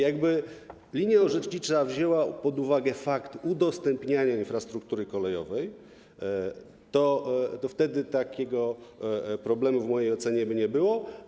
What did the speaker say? Jakby linia orzecznicza wzięła pod uwagę fakt udostępniania infrastruktury kolejowej, to takiego problemu w mojej ocenie by nie było.